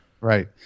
Right